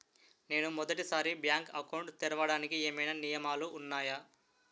నేను మొదటి సారి బ్యాంక్ అకౌంట్ తెరవడానికి ఏమైనా నియమాలు వున్నాయా?